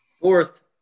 fourth